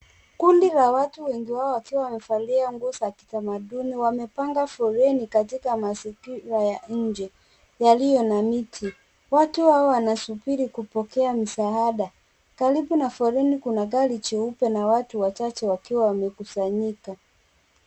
Kundi la watu wengi wao wakiwa wamevalia nguo za kitamaduni, wamepanga foleni katika mazingira ya nje yaliyo na miti. Watu hao wanasubiri kupokea msaada. Karibu na foleni kuna gari jeupe na watu wachache wakiwa wamekusanyika.